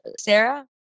Sarah